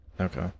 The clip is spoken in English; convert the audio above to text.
okay